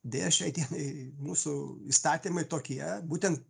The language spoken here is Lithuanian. deja šiai dienai mūsų įstatymai tokie būtent